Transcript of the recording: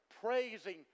praising